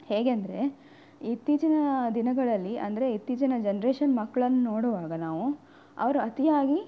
ಹೇಗೆಂದರೆ ಇತ್ತೀಚಿನ ದಿನಗಳಲ್ಲಿ ಅಂದರೆ ಇತ್ತೀಚಿನ ಜನ್ರೇಷನ್ ಮಕ್ಳನ್ನ ನೋಡುವಾಗ ನಾವು ಅವರು ಅತಿಯಾಗಿ